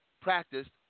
practiced